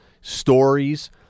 stories